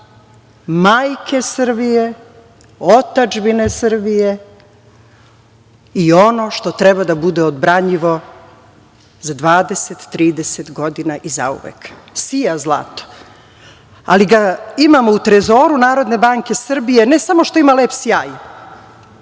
majke Srbije, otadžbine Srbije i ono što treba da bude odbranjivo, za 20, 30 godina zauvek. Sija zlato, ali ga imamo u trezoru Narodne banke Srbije, i ne samo što ima lep sjaj,